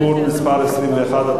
(תיקון מס' 21),